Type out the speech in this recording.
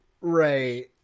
right